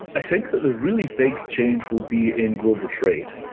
i think that the really big change will be in global trade.